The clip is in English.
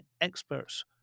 experts